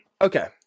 Okay